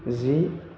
जि